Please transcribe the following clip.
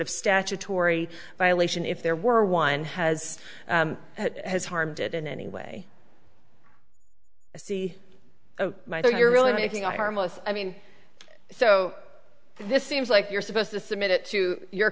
of statutory violation if there were one has has harmed it in any way i see my dog you're really making i harmless i mean so this seems like you're supposed to submit it to your